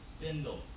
spindle